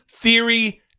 theory